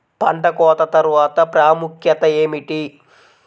పంట కోత తర్వాత ప్రాముఖ్యత ఏమిటీ?